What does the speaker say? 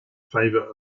favor